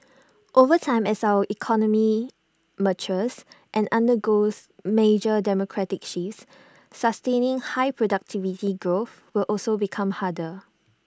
over time as our economy matures and undergoes major demographic shifts sustaining high productivity growth will also become harder